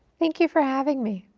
thank you for having me.